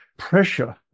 pressure